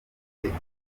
bahutu